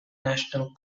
national